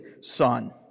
son